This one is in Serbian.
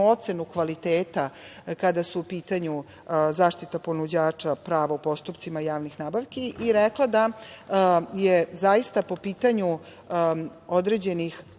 ocenu kvaliteta, kada je u pitanju zaštita ponuđača prava u postupcima javnih nabavki i rekla je da je zaista po pitanju određenih